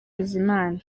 bizimana